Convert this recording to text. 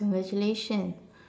congratulation